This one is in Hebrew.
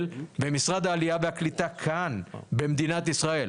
ומשרד העלייה והקליטה כאן במדינת ישראל.